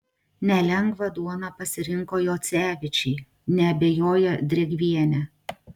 nelengvą duoną pasirinko jocevičiai neabejoja drėgvienė